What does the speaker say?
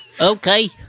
Okay